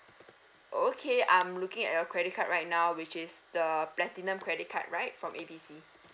okay I'm looking at your credit card right now which is the platinum credit card right from A B C